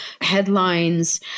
headlines